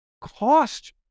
cost